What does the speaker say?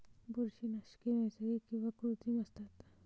बुरशीनाशके नैसर्गिक किंवा कृत्रिम असतात